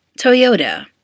Toyota